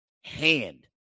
hand